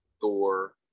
Thor